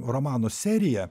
romano seriją